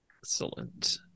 excellent